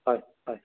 হয় হয়